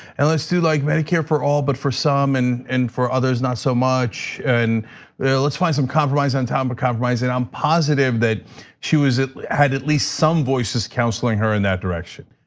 and let's do, like, medicare for all but for some, and and for others not so much. and let's find some compromise on top of um but compromise, and i'm positive that she was it had at least some voices counseling her in that direction.